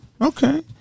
Okay